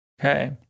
Okay